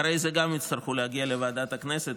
אחרי זה גם יצטרכו להגיע לוועדת הכנסת,